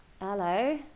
hello